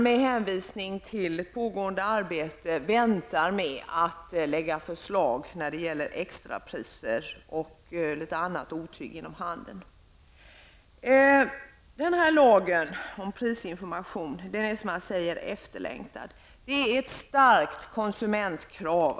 Med hänvisning till pågående arbete väntar man ju med att lägga fram förslag i frågan om extrapriser och en del annat otyg inom handeln. Lagen om prisinformation är, som jag antytt, efterlängtad. Den svarar mot ett starkt konsumentkrav.